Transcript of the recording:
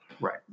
right